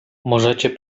możecie